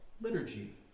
liturgy